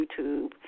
YouTube